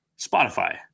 Spotify